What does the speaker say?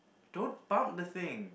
don't top the thing